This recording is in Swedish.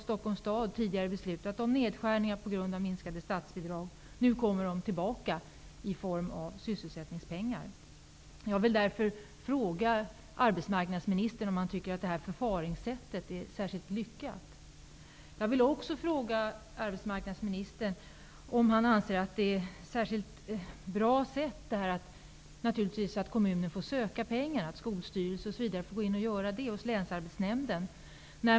Stockholms stad har tidigare beslutat om nedskärningar på grund av minskade statsbidrag. Nu kommer pengarna tillbaka i form av sysselsättningspengar. Jag vill därför fråga arbetsmarknadsministern om han tycker att detta förfaringssätt är särskilt lyckat. Jag vill också fråga arbetsmarknadsministern om han anser det vara ett bra sätt, att kommunen får söka pengar hos länsarbetsnämnden.